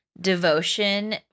devotion